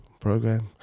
program